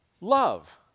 love